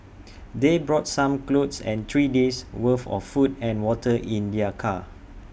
they brought some clothes and three days' worth of food and water in their car